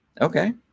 Okay